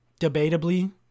Debatably